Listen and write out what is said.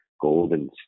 golden